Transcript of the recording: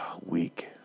weak